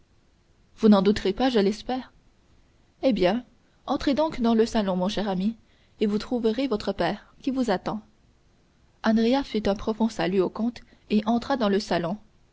vous n'en doutez pas je l'espère eh bien entrez donc dans le salon mon cher ami et vous trouverez votre père qui vous attend andrea fit un profond salut au comte et entra dans le salon